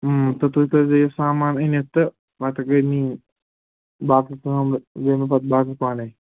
تہٕ تُہۍ تھٲوِزیِٚو یہِ سامان أنِتھ تہٕ پَتہٕ گٔے میٛٲنۍ باقٕے کٲم گٔے مےٚ پَتہٕ باقٕے پانَے